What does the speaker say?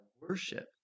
worship